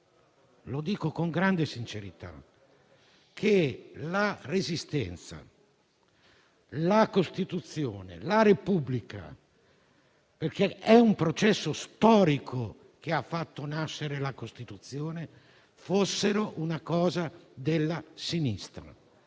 lo dico con grande sincerità - che la Resistenza, la Costituzione e la Repubblica (perché è un processo storico quello che ha fatto nascere la Costituzione) fossero una cosa della sinistra.